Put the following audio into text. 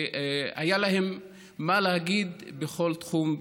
והיה להם מה להגיד בכל תחום ותחום.